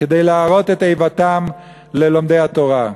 את איבתם ללומדי התורה.